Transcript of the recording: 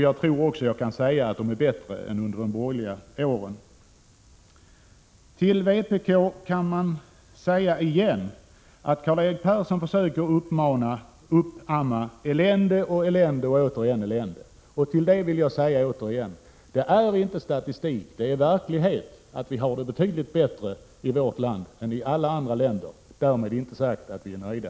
Jag tror också jag kan säga att siffrorna är bättre än de var under de borgerliga åren. Prot. 1986/87:94 Karl-Erik Persson försöker uppamma elände och elände och återigen 25 mars 1987 elände. Jag vill då till vpk än en gång säga att det är inte fråga om statistik, utan det är en verklighet att vi har det betydligt bättre i vårt land än vad man har det i alla andra länder. Därmed är inte sagt att vi är nöjda.